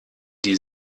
die